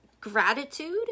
gratitude